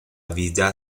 vida